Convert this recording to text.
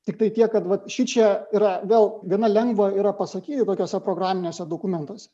tiktai tiek kad va šičia yra vėl gana lengva yra pasakyti tokiose programiniuose dokumentuose